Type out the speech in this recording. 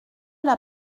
l’a